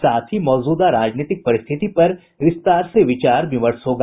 साथ ही मौजूदा राजनीतिक परिस्थिति पर विस्तार से विचार विमर्श होगा